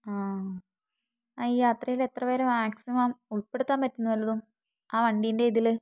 ആ ആ ഈ യാത്രയിൽ എത്ര പേരെ മാക്സിമം ഉൾപ്പെടുത്താൻ പറ്റും എന്ന് വല്ലതും ആ വണ്ടീൻ്റെ ഇതിൽ